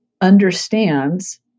understands